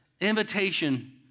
invitation